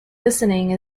listening